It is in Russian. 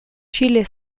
чили